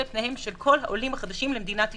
את פניהם של כל העולים החדשים למדינת ישראל.